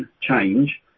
change